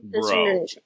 Bro